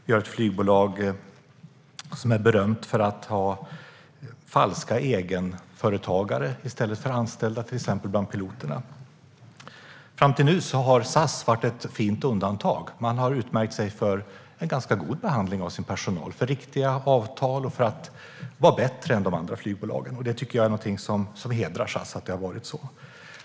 Vi har ett flygbolag som är berömt för att ha falska egenföretagare i stället för anställda, till exempel bland piloterna. Fram till nu har SAS varit ett fint undantag. Man har utmärkt sig för en ganska god behandling av sin personal, för riktiga avtal och för att vara bättre än de andra flygbolagen. Jag tycker att det hedrar SAS att det har varit så.